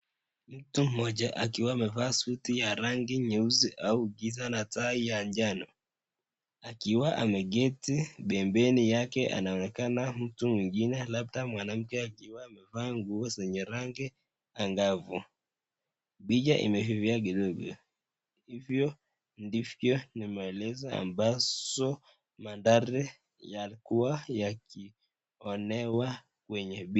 Mtu mmoja akiwa amevaa suti ya rangi nyeusi au giza na tai ya njano akiwa ameketi pembeni yake anaonekana mtu mwingine labda mwanamke akiwa amevaa nguo zenye rangi angavu. Picha imevivia kifuve hivyo ndivyo ni maelezo ambazo mandhari ya kuwa yakionewa kwenye picha.